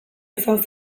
izan